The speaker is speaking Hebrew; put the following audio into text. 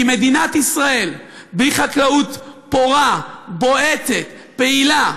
כי מדינת ישראל בלי חקלאות פורה, בועטת, פעילה,